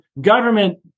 government